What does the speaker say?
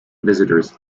visitors